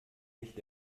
nicht